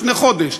לפני חודש?